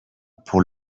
pour